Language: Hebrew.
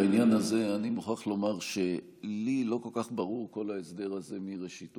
לעניין הזה אני מוכרח לומר שלי לא כל כך ברור כל ההסדר הזה מראשיתו.